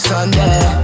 Sunday